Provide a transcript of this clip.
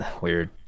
weird